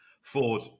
ford